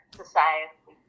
society